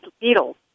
beetles